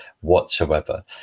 whatsoever